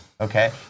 Okay